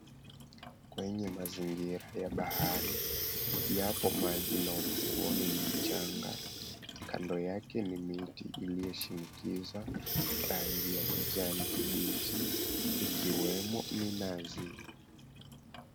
Kwenye mazingira ya bahari, yapo maji na ufuoni ni mchanga. Kando yake ni miti iliyoshinikiza rangi ya kijani kibichi, ikiwemo minazi.